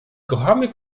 kochamy